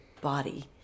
body